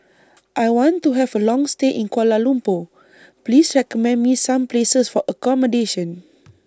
I want to Have A Long stay in Kuala Lumpur Please recommend Me Some Places For accommodation